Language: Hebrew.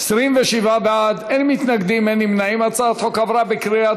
זרים מפני ניצול ועבירות חמורות),